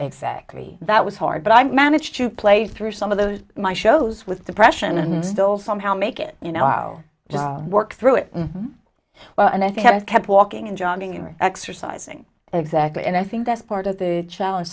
exactly that was hard but i managed to play through some of those my shows with depression and still somehow make it you know i'll just work through it well and i think i've kept walking and jogging or exercising exactly and i think that's part of the challenge